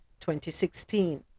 2016